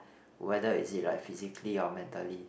whether is it like physically or mentally